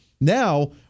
Now